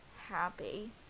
happy